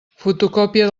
fotocòpia